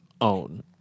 own